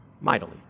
mightily